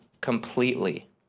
completely